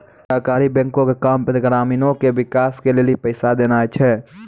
सहकारी बैंको के काम ग्रामीणो के विकास के लेली पैसा देनाय छै